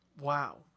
Wow